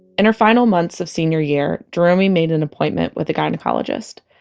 and her final months of senior year, jeromey made an appointment with a gynecologist.